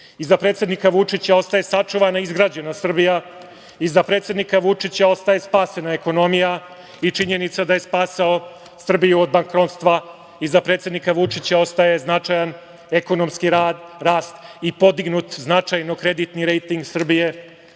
Iza predsednika Vučića ostaje sačuvana i izgrađena Srbija. Iza predsednika Vučića ostaje spasena ekonomija i činjenica da je spasao Srbiju od bankrotstva. Iza predsednika Vučića ostaje značajan ekonomski rast i podignut značajno kreditni rejting Srbije